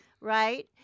Right